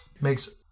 makes